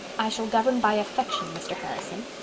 i shall govern by affection, mr. harrison.